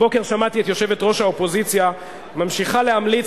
הבוקר שמעתי את יושבת-ראש האופוזיציה ממשיכה להמליץ